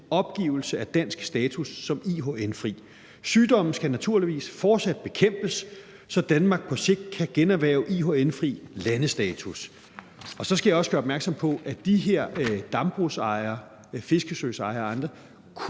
opgivelse af dansk status som IHN-fri. Sygdommen skal naturligvis fortsat bekæmpes, så Danmark på sigt kan generhverve IHN-fri landestatus. Så skal jeg også gøre opmærksom på, at de her dambrugsejere, fiskesøsejere og andre kunne